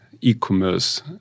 e-commerce